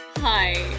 hi